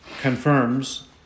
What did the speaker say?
confirms